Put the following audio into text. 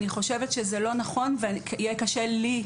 אני חושבת שזה לא נכון ויהיה קשה לי,